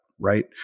right